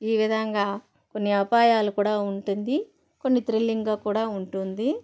ఈ విధంగా కొన్ని అపాయాలు కూడా ఉంటుంది కొన్ని థ్రిల్లింగ్గా కూడా ఉంటుంది